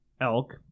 elk